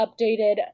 updated